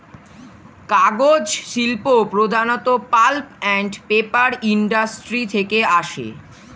কাগজ শিল্প প্রধানত পাল্প অ্যান্ড পেপার ইন্ডাস্ট্রি থেকে আসে